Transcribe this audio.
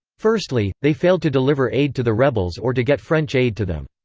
firstly, they failed to deliver aid to the rebels or to get french aid to them.